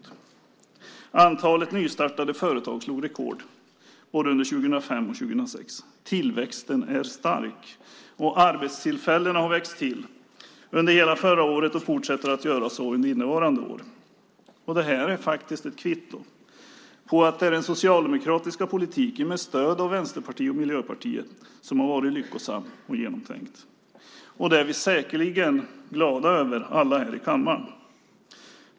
Det slogs rekord i antalet nystartade företag, både under 2005 och 2006. Tillväxten är stark, och arbetstillfällena har växt till under hela förra året och fortsätter att göra så under innevarande år. Detta är ett kvitto på att det är den socialdemokratiska politiken med stöd av Vänsterpartiet och Miljöpartiet som har varit lyckosam och genomtänkt. Det är vi alla här i kammaren säkerligen glada över.